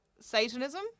Satanism